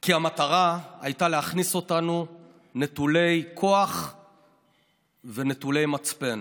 כי המטרה הייתה להכניס אותנו נטולי כוח ונטולי מצפן.